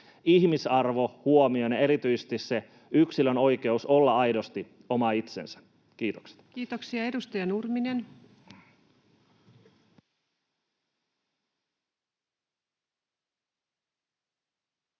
ihmisarvo huomioon ja erityisesti se yksilön oikeus olla aidosti oma itsensä. — Kiitoksia. [Speech